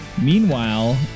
Meanwhile